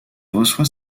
reçoit